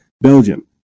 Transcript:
Belgium